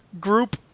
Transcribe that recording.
group